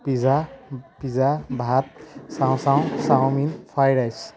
pizza pizza ভাত chow chow chowmein fried rice